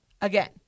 Again